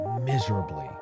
miserably